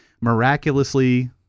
miraculously